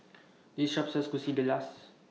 This Shop sells Quesadillas